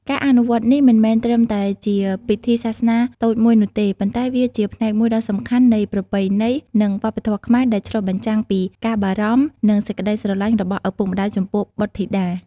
ការអនុវត្តនេះមិនមែនត្រឹមតែជាពិធីសាសនាតូចមួយនោះទេ ប៉ុន្តែវាជាផ្នែកមួយដ៏សំខាន់នៃប្រពៃណី និងវប្បធម៌ខ្មែរដែលឆ្លុះបញ្ចាំងពីការបារម្ភ និងសេចក្តីស្រឡាញ់របស់ឪពុកម្តាយចំពោះបុត្រធីតា។